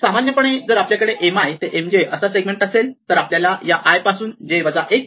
सामान्यपणे जर आपल्याकडे Mi ते Mj असा सेगमेंट असेल तर आपल्याला या i पासून ते